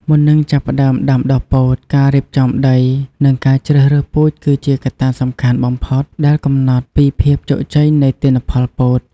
មុននឹងចាប់ផ្តើមដាំដុះពោត ការរៀបចំដី និងការជ្រើសរើសពូជគឺជាកត្តាសំខាន់បំផុតដែលកំណត់ពីភាពជោគជ័យនៃទិន្នផលពោត។